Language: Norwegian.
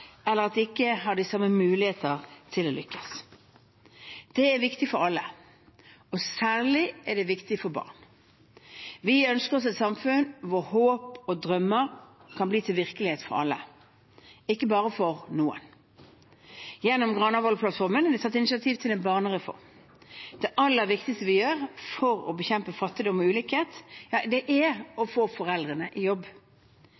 eller ikke å ha de samme mulighetene til å lykkes. Det er viktig for alle, og det er særlig viktig for barn. Vi ønsker oss et samfunn hvor håp og drømmer kan bli til virkelighet for alle, ikke bare for noen. Gjennom Granavolden-plattformen er det tatt initiativ til en barnereform. Det aller viktigste vi gjør for å bekjempe fattigdom og ulikhet er å få foreldrene i jobb.